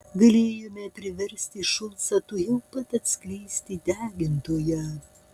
galėjome priversti šulcą tuojau pat atskleisti degintoją